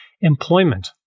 Employment